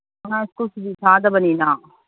ꯑꯉꯥꯡ ꯁ꯭ꯀꯨꯜ ꯁꯨꯇꯤ ꯊꯥꯗꯕꯅꯤꯅ